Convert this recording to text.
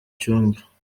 cyumba